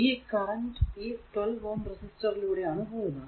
ഈ കറന്റ് ഈ 12 Ω റെസിസ്റ്ററിലൂടെ ആണ് പോകുന്നത്